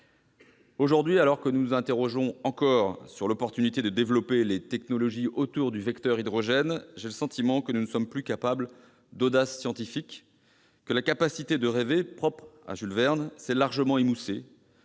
Aujourd'hui, alors que nous nous demandons encore s'il est judicieux de développer les technologies autour du vecteur hydrogène, j'ai le sentiment que nous ne sommes plus capables d'audace scientifique ; que la capacité de rêver, propre à Jules Verne, s'est largement émoussée